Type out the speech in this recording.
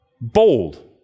bold